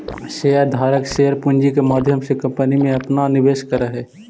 share धारक share पूंजी के माध्यम से कंपनी में अपना निवेश करऽ हई